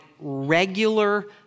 regular